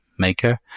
maker